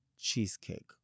cheesecake